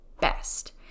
best